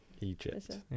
Egypt